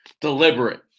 deliberate